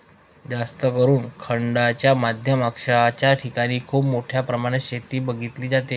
जास्तकरून खंडांच्या मध्य अक्षांशाच्या ठिकाणी खूप मोठ्या प्रमाणात शेती बघितली जाते